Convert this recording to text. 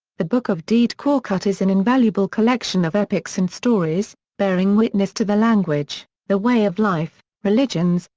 the book of dede korkut is an invaluable collection of epics and stories, bearing witness to the language, the way of life, religions,